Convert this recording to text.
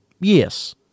Yes